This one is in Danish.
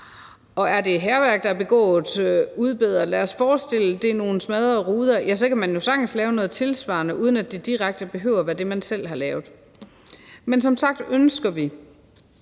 og er det hærværk, der er begået, skal det udbedres. Lad os forestille os, at det er nogle smadrede ruder; så kan man jo sagtens udbedre noget tilsvarende, uden at det direkte behøver at være det, man selv har lavet. Men som sagt ønsker vi,